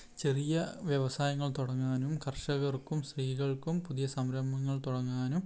ചെറിയ വ്യവസായങ്ങൾ തുടങ്ങാനും കർഷകർക്കും സ്ത്രീകൾക്കും പുതിയ സംരംഭങ്ങൾ തുടങ്ങാനും